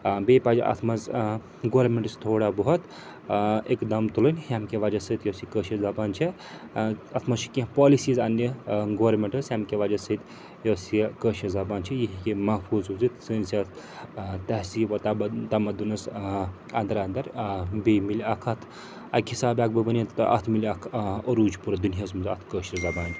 بیٚیہِ پَزِ اَتھ منٛز گورمٮ۪نٛٹَس تہِ تھوڑا بہت اِقدام تُلٕنۍ ییٚمہِ کہِ وجہ سۭتۍ یۄس یہِ کٲشٕر زَبان چھےٚ اَتھ منٛز چھِ کیٚنٛہہ پالِسیٖز اَنٛنہِ گورمٮ۪نٛٹَس ییٚمہِ کہِ وجہ سۭتۍ یۄس یہِ کٲشٕر زبان چھِ یہِ ہیٚکہِ ہے محفوٗظ روٗزِتھ سٲنِس یَتھ تہذیٖب و تَمَدُنَس اَنٛدَر اَنٛدَر بیٚیہِ مِلہِ اَکھ اَتھ اَکہِ حسابہٕ اَکھ بہٕ وَنہِ ییٚتٮ۪تھ تۄہہِ اَتھ مِلہِ اَکھ عروٗج پوٗرٕ دُنیاہَس منٛز اَتھ کٲشٕر زَبانہِ